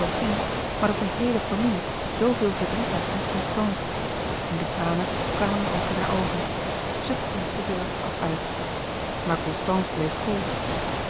maar dat de heele familie zoo veel verdriet had om constance en de tranen kwamen dan ook in haar oogen zij perste ze er als uit maar constance bleef koel